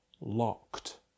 locked